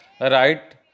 right